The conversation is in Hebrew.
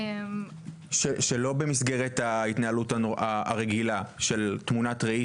שלא במסגרת ההתנהלות הרגילה של תמונת ראי